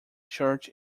church